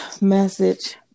message